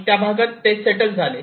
त्या भागात ते सेटल झाले आहे